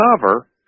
cover